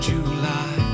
July